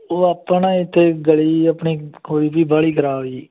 ਉਹ ਆਪਣਾ ਇਥੇ ਗਲੀ ਆਪਣੀ ਕੋਈ ਵੀ ਬਾਹਲੀ ਖ਼ਰਾਬ ਜੀ